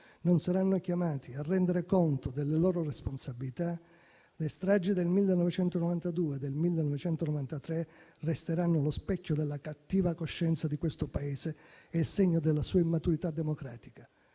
non saranno chiamati a rendere conto delle loro responsabilità, le stragi del 1992 del 1993 resteranno lo specchio della cattiva coscienza di questo Paese e segno della sua immaturità democratica.